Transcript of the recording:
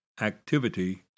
activity